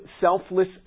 selfless